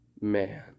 man